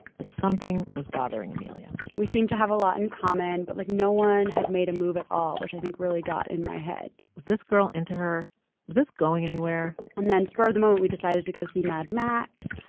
but something was bothering amelia we seemed to have a lot in common. but, like, no one had made a move at all, which, i think, really got in my head was this girl into her? was this going anywhere? and then, spur of the moment, we decided to go see mad max.